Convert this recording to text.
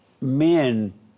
Men